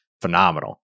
phenomenal